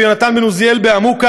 קבר רבי יונתן בו עוזיאל בעמוקה,